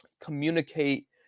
communicate